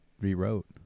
rewrote